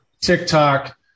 TikTok